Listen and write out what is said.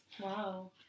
Wow